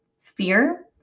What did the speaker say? fear